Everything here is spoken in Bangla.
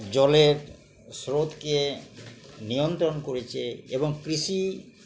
জলের স্রোতকে নিয়ন্ত্রণ করেছে এবং কৃষি